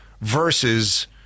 versus